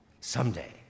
Someday